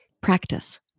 practice